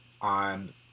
on